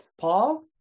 Paul